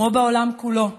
כמו בעולם כולו,